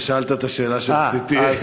אתה שאלת את השאלה שרציתי להבין.